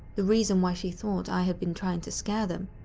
the reason why she thought i had been trying to scare them.